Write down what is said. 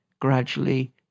gradually